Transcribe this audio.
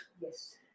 Yes